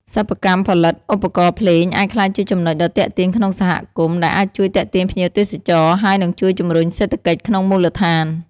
សិប្បកម្មផលិតឧបករណ៍ភ្លេងអាចក្លាយជាចំណុចដ៏ទាក់ទាញក្នុងសហគមន៍ ដែលអាចជួយទាក់ទាញភ្ញៀវទេសចរណ៍ ហើយនឹងជួយជំរុញសេដ្ឋកិច្ចក្នុងមូលដ្ឋាន។